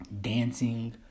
dancing